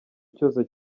cyose